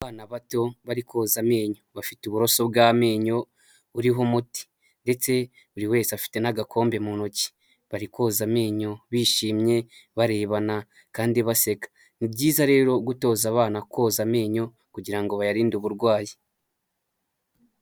Abana bato bari koza amenyo, bafite uburoso bw'amenyo buriho umuti ndetse buri wese afite n'agakombe mu ntoki, bari koza amenyo bishimye barebana kandi baseka, ni byiza rero gutoza abana koza amenyo kugira ngo bayarinde uburwayi.